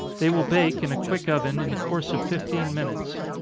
they will bake, in a quick oven, in the course of fifteen minutes.